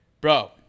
Bro